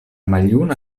maljuna